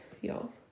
y'all